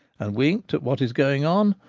and winked at what is going on,